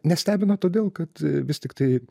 nestebina todėl kad vis tiktai